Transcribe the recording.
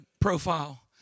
profile